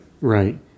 Right